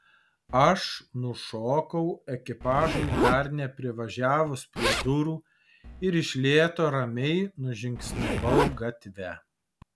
aš nušokau ekipažui dar neprivažiavus prie durų ir iš lėto ramiai nužingsniavau gatve